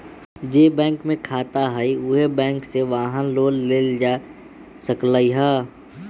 जे बैंक में खाता हए उहे बैंक से वाहन लोन लेल जा सकलई ह